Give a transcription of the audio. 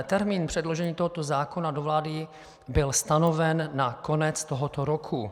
Termín předložení tohoto zákona do vlády byl stanoven na konec tohoto roku.